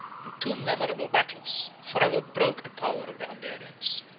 in two memorable battles, forever broke the power of the hungarians.